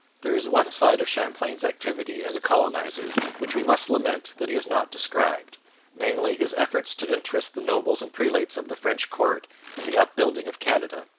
there is one side of champlain's activity as a colonizer which we must lament that he has not described namely, his efforts to interest the nobles and prelates of the french court in the upbuilding of canada.